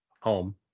home